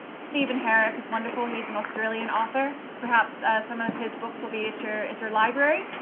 steven herrick is wonderful, he's an australian author, perhaps some of his books will be at your at your library.